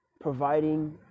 providing